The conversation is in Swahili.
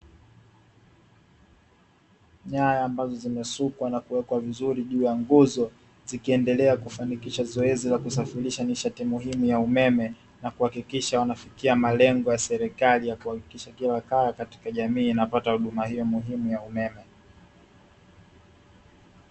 Nyaya ambazo zimesukwa na kuwekwa vizuri juu ya nguzo zikiendelea kufanikisha zoezi la kusafirisha nishati muhimu ya umeme, na kuhakikisha wanafikia malengo ya serikali kuhakikisha kila kaya katika jamii inapata huduma hiyo muhimu ya umeme.